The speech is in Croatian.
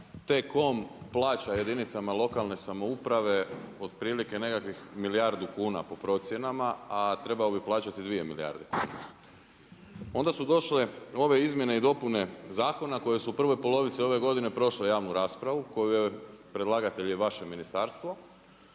T-Com plaća jedinicama lokalne samouprave otprilike nekakvih milijardu kuna po procjenama, a trebao bi plaćati dvije milijarde kuna. Onda su došle ove izmjene i dopune zakona koje su u prvoj polovici ove godine prošle javnu raspravu predlagatelj je vaše ministarstvo,